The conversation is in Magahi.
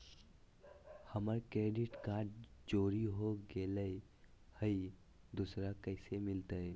हमर क्रेडिट कार्ड चोरी हो गेलय हई, दुसर कैसे मिलतई?